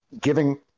giving